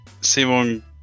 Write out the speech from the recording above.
Simon